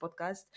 podcast